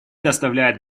доставляет